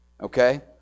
Okay